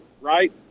right